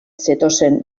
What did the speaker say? zetozen